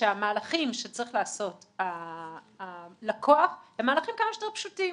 שהמהלכים שצריך לעשות הלקוח הם מהלכים כמה שיותר פשוטים.